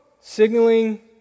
signaling